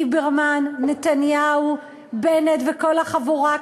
ליברמן, נתניהו, בנט וכל החבורה כאן.